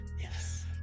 Yes